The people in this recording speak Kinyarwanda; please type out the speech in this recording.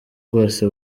bwose